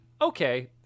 okay